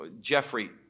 Jeffrey